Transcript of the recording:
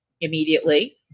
immediately